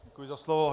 Děkuji za slovo.